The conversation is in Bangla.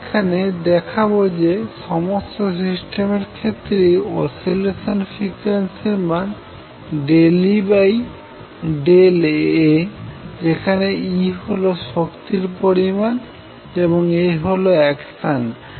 আমি এখানে দেখাবো যে সমস্ত সিস্টেমের ক্ষেত্রেই অসিলেশন ফ্রিকোয়েন্সির মান ∂E∂A যেখানে E হলো শক্তির পরিমাণ এবং A হলো অ্যাকশন